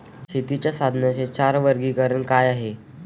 शेतीच्या साधनांचे चार वर्गीकरण काय आहे?